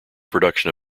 production